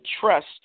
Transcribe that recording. trust